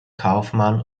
kaufmann